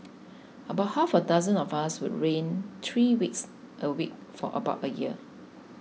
about half a dozen of us would rain three weeks a week for about a year